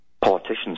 politicians